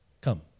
come